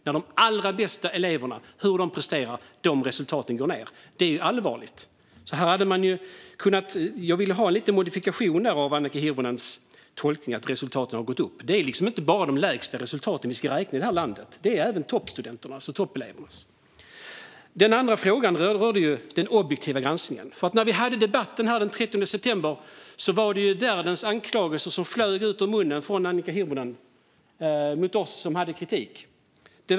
De allra bästa elevernas resultat går ned. Det är allvarligt. Där vill jag få en liten modifikation av Annika Hirvonens tolkning att resultaten har gått upp. Det är inte bara de lägsta resultaten vi ska räkna i det här landet utan även toppstudenternas och toppelevernas resultat. Den andra frågan rörde den objektiva granskningen. När vi hade debatten den 30 september 2020 flög alla världens anklagelser ut ur munnen på Annika Hirvonen mot oss som framförde kritik.